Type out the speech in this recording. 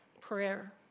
Prayer